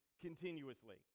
continuously